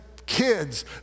kids